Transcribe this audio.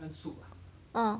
ah